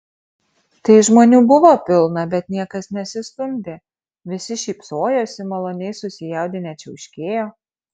tai žmonių buvo pilna bet niekas nesistumdė visi šypsojosi maloniai susijaudinę čiauškėjo